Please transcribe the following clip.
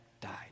died